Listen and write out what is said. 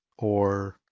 or